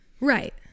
Right